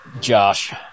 Josh